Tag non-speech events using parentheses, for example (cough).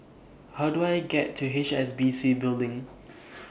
How Do I get to H S B C Building (noise)